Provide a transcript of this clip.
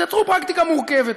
אז יצרו פרקטיקה מורכבת.